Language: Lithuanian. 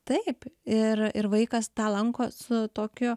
taip ir ir vaikas tą lanko su tokiu